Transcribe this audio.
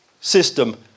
system